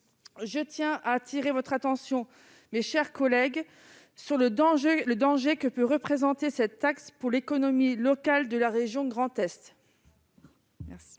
Je tiens à attirer votre attention, mes chers collègues, sur le danger que peut représenter cette taxe pour l'économie locale de la région Grand Est.